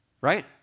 right